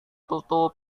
tutup